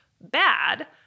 bad